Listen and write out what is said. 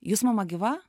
jūsų mama gyva